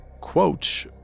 quote